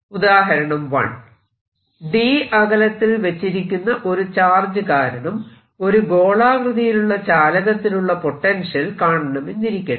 ഉദാഹരണം 1 d അകലത്തിൽ വെച്ചിരിക്കുന്ന ഒരു ചാർജ് കാരണം ഒരു ഗോളാകൃതിയിലുള്ള ചാലകത്തിലുള്ള പൊട്ടൻഷ്യൽ കാണണമെന്നിരിക്കട്ടെ